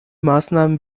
maßnahmen